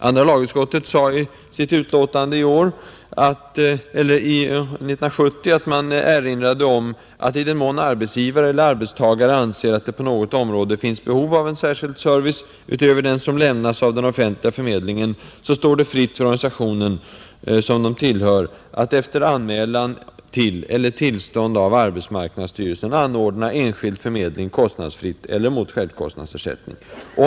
Andra lagutskottet erinrade i sitt utlåtande 1970 om ”att, i den mån arbetsgivare eller arbetstagare anser att det på något område finns behov av särskild service utöver den som lämnas av den offentliga förmedlingen, står det fritt för organisation som de tillhör att efter anmälan till eller tillstånd av arbetsmarknadsstyrelsen anordna enskild förmedling kostnadsfritt eller mot självkostnadsersättning”.